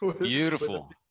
beautiful